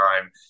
time